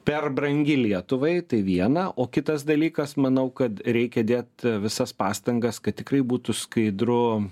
per brangi lietuvai tai viena o kitas dalykas manau kad reikia dėt visas pastangas kad tikrai būtų skaidru